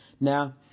Now